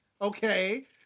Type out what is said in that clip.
okay